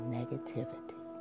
negativity